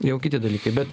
jau kiti dalykai bet